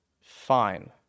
Fine